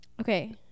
okay